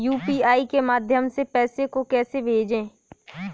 UPI के माध्यम से पैसे को कैसे भेजें?